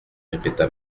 répéta